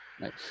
Nice